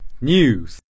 News